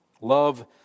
Love